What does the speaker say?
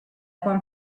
quan